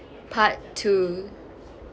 part two